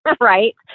Right